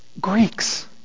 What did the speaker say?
Greeks